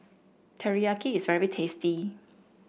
Teriyaki is very tasty